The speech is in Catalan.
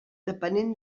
depenent